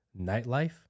nightlife